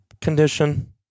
condition